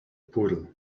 poodle